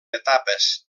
etapes